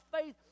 faith